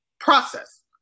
process